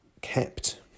kept